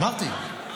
אמרתי.